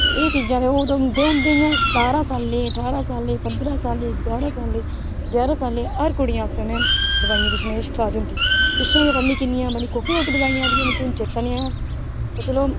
ते एह् चीजां ते ओह् ते होंदे गै होंदे इ'यां सतारां साल्लें गी ठारां साल्लें गी पंदरां साल्लें गी बारां साल्लें गी ञारां साल्लें गी हर कुड़ी आस्तै उ'नें दोआइयां किश ना किश खलाई दी होंदी पिच्छें नेहें पता निं किन्नियां कोह्की कोह्की दोआइयां आई दियां मिगी हून चेता निं है पर चलो